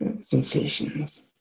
sensations